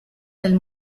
del